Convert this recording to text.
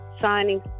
signing